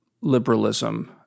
liberalism